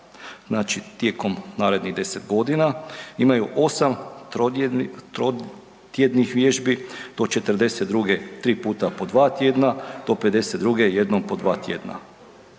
znači tijekom narednih deset godina imaju osam trotjednih vježbi, do 42. tri puta po dva tjedna do 52. jednom po dva tjedna.